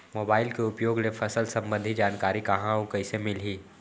Mobile के उपयोग ले फसल सम्बन्धी जानकारी कहाँ अऊ कइसे मिलही?